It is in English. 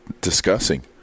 discussing